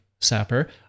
Sapper